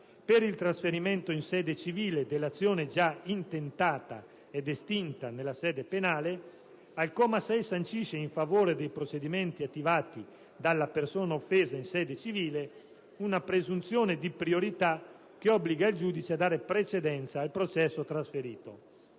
per il trasferimento in sede civile dell'azione già intentata ed estinta nella sede penale, al comma 6 sancisce, in favore dei procedimenti attivati dalla persona offesa in sede civile, una presunzione di priorità che obbliga il giudice a dare precedenza al processo trasferito.